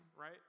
right